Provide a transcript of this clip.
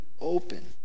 open